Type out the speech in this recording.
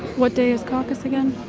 what day is caucus again?